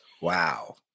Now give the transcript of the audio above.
Wow